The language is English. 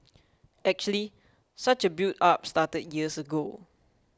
actually such a buildup started years ago